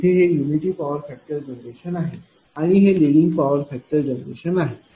इथे हे unity power factor generation आहे आणि हे लिडिंग पॉवर फॅक्टर जनरेशन आहे